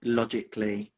logically